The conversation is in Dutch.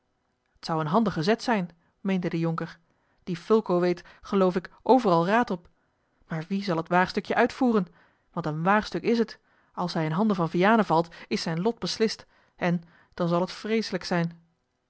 t zou een handige zet zijn meende de jonker die fulco weet geloof ik overal raad op maar wie zal het waagstukje uitvoeren want een waagstuk is het als hij in handen van vianen valt is zijn lot beslist en dan zal het vreeselijk zijn